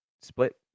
split